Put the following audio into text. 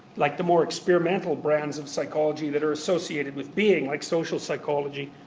like, the more experimental brands of psychology that are associated with being, like social psychology.